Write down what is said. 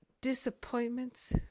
Disappointments